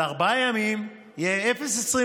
על ארבעה ימים זה יהיה 0.25